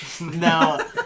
No